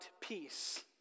peace